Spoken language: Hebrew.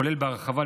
כולל בהרחבה.